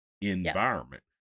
environment